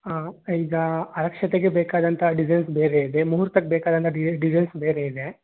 ಈಗ ಆರತಕ್ಷತೆಗೆ ಬೇಕಾದಂತಹ ಡಿಸೈನ್ಸ್ ಬೇರೆ ಇದೆ ಮುಹೂರ್ತಕ್ಕೆ ಬೇಕಾದಂತಹ ಡಿಸೈನ್ ಡಿಸೈನ್ಸ್ ಬೇರೆ ಇದೆ